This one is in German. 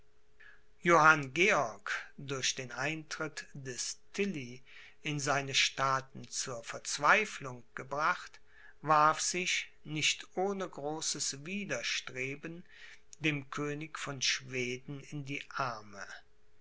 georg durch den eintritt des tilly in seine staaten zur verzweiflung gebracht warf sich nicht ohne großes widerstreben dem könig von schweden in die arme